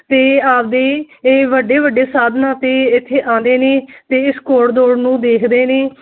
ਤੇ ਆਪਦੇ ਇਹ ਵੱਡੇ ਵੱਡੇ ਸਾਧਨਾਂ ਤੇ ਇਥੇ ਆਉਂਦੇ ਨੇ ਤੇ ਇਸ ਘੋੜ ਦੌੜ ਨੂੰ ਦੇਖਦੇ ਨੇ